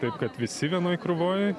taip kad visi vienoj krūvoj